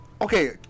Okay